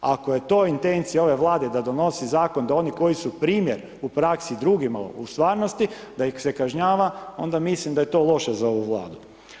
Ako je to intencija ove Vlade da donese zakon da oni koji su primjer u praksi drugima u stvarnosti da ih se kažnjava, onda mislim da je to loše za ovu Vladu.